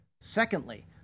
Secondly